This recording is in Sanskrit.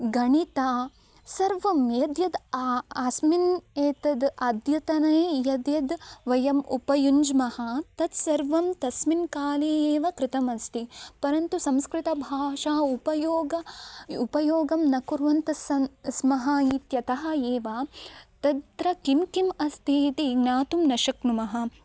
गणितं सर्वं यद् यद् अस्मिन् एतद् अद्यतने यद् यद् वयं उपयुञ्ज्मः तत्सर्वं तस्मिन्काले एव कृतमस्ति परन्तु संस्कृतभाषा उपयोगम् उपयोगं न कुर्वन्तः सन् स्मः इत्यतः एव तत्र किं किम् अस्ति इति ज्ञातुं न शक्नुमः